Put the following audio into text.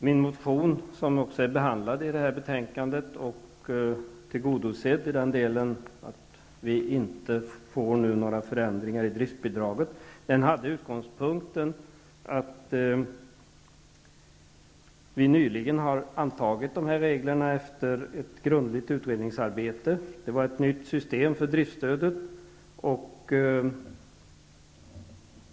Min motion, som också behandlats i detta betänkande och är tillgodosedd i den delen att vi inte får några förändringar i driftbidraget, hade som utgångspunkt att vi nyligen antagit regler efter ett grundligt utredningsarbete. Det var ett nytt system för driftstödet.